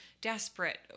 desperate